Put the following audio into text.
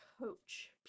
coach